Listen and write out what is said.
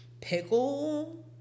pickle